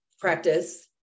practice